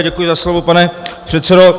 Děkuji za slovo, pane předsedo.